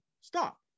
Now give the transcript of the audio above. stop